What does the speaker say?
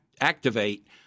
activate